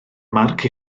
marc